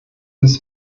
ist